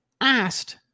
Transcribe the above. asked